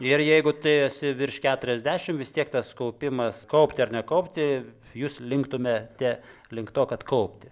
ir jeigu tu esi virš keturiasdešim vis tiek tas kaupimas kaupti ar nekaupti jūs linktumėte link to kad kaupti